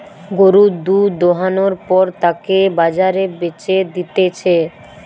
গরুর দুধ দোহানোর পর তাকে বাজারে বেচে দিতেছে